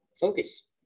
focus